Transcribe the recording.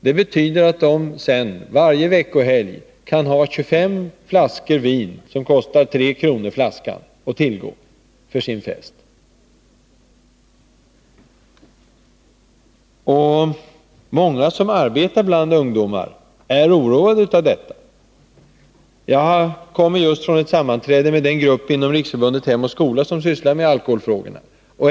Det betyder att de sedan varje veckohelg till sin fest kan ha 25 flaskor vin att tillgå som kostar tre kronor flaskan. Många som arbetar bland ungdomar är oroade av detta. Jag kommer just från ett sammanträde med den grupp inom Riksförbundet Hem och skola som sysslar med alkoholfrågorna.